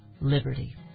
liberty